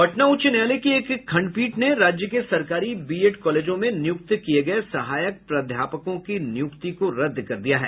पटना उच्च न्यायालय की एक खंडपीठ ने राज्य के सरकारी बीएड कॉलेजों में नियुक्त किये गये सहायक प्राध्यापकों की नियुक्ति को रद्द कर दिया है